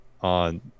on